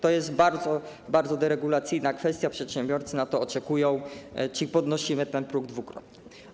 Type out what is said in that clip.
To jest bardzo deregulacyjna kwestia, przedsiębiorcy tego oczekują, czyli podnosimy ten próg dwukrotnie.